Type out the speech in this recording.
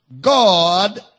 God